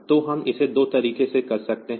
तो हम इसे 2 तरीकों से कर सकते हैं